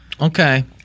Okay